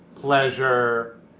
pleasure